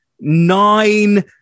nine